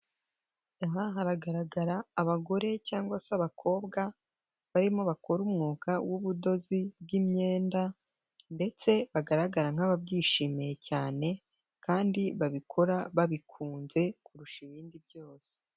Aha haragaragara abagore cyangwa se abakobwa barimo bakora umwuga w'ubudozi bw'imyenda ndetse bagaragara nk'ababyishimiye cyane kandi babikora babikunze kurusha ibindi byose.